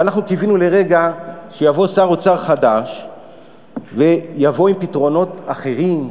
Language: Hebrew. ואנחנו קיווינו לרגע שיבוא שר אוצר חדש ויבוא עם פתרונות אחרים,